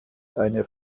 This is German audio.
eine